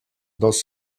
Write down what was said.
dels